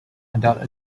adult